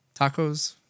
tacos